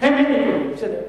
הם יקבלו, בסדר,